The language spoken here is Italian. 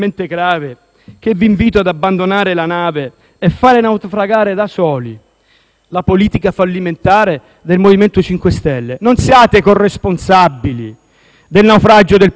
la politica fallimentare del MoVimento 5 Stelle. Non siate corresponsabili del naufragio del Paese. Collega Salvini, ministro, chiuda i porti